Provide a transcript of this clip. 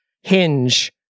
hinge